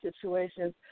situations